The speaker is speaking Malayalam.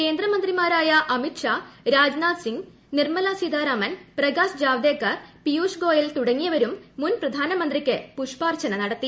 കേന്ദ്രമന്ത്രിമാരായ അമിത് ഷാ രാജ്നാഥ് സിംഗ് നിർമല സീതാരാമൻ പ്രകാശ് ജാവദേക്കർ പിയൂഷ് ഗോയൽ തുടങ്ങിയവരും മുൻപ്രധാനമന്ത്രിക്ക് പുഷ്പാർച്ചന നടത്തി